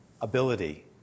ability